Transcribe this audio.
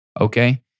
okay